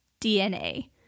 DNA